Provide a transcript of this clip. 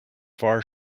far